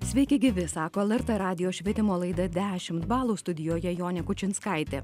sveiki gyvi sako lrt radijo švietimo laida dešimt balų studijoje jonė kučinskaitė